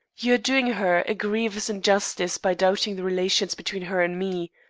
you are doing her a grievous injustice by doubting the relations between her and me.